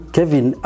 Kevin